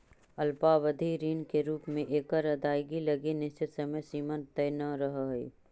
अल्पावधि ऋण के रूप में एकर अदायगी लगी निश्चित समय सीमा तय न रहऽ हइ